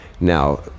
Now